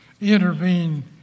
intervene